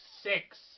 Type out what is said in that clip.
six